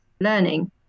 learning